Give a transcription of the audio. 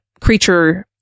creature